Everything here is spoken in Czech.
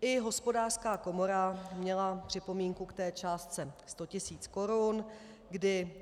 I Hospodářská komora měla připomínku k té částce 100 tisíc korun, kdy